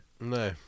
No